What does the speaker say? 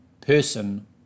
person